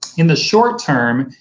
in the short term,